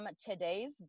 today's